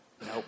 nope